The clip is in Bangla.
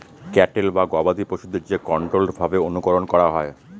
ক্যাটেল বা গবাদি পশুদের যে কন্ট্রোল্ড ভাবে অনুকরন করা হয়